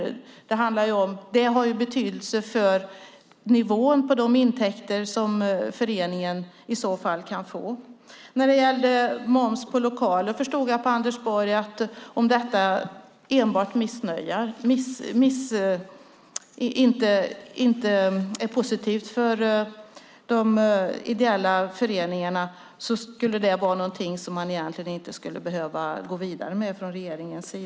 Det har nämligen betydelse för nivån på de intäkter som föreningen i så fall kan få. När det gäller moms på lokaler förstod jag på Anders Borg att om detta inte är positivt för de ideella föreningarna så skulle det vara någonting som regeringen egentligen inte skulle behöva gå vidare med.